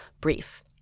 brief